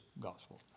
gospel